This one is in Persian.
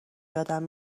یادم